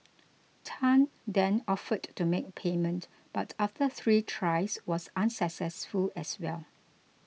tan then offered to make payment but after three tries was unsuccessful as well